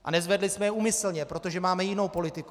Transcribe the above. A nezvedli jsme je úmyslně, protože máme jinou politiku.